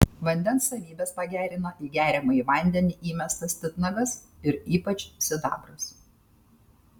vandens savybes pagerina į geriamąjį vandenį įmestas titnagas ir ypač sidabras